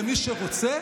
למי שרוצה,